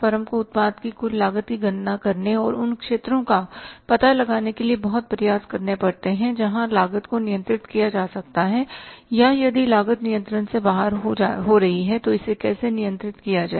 firm को उत्पाद की कुल लागत की गणना करने और उन क्षेत्रों का पता लगाने के लिए बहुत प्रयास करने पड़ते हैं जहां लागत को नियंत्रित किया जा सकता है या यदि लागत नियंत्रण से बाहर हो रही है तो इसे कैसे नियंत्रित किया जाए